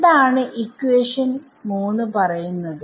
എന്താണ് ഇക്വേഷൻ 3 പറയുന്നത്